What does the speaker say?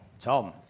Tom